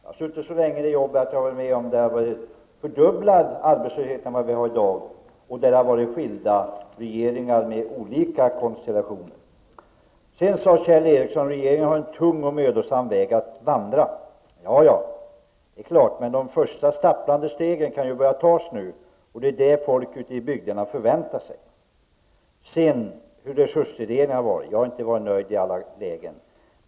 Jag har varit med så länge att jag har upplevt en fördubblad arbetslöshet jämfört med den som vi i dag har -- detta under skilda regeringar med olika konstellationer. Kjell Ericsson sade att regeringen har en tung och mödosam väg att vandra. Det är klart, men de första stapplande stegen kan nu börja tas. Det är vad folk ute i bygderna förväntar sig. Jag har inte varit nöjd med resursfördelningen i alla lägen.